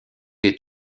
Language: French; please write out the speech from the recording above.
est